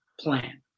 plan